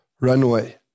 runway